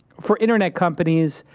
for internet companies,